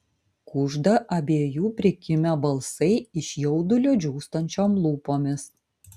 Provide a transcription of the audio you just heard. kužda abiejų prikimę balsai iš jaudulio džiūstančiom lūpomis